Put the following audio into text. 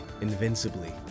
invincibly